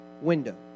window